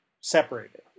separated